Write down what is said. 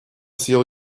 съел